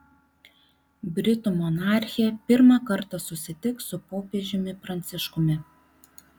britų monarchė pirmą kartą susitiks su popiežiumi pranciškumi